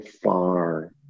far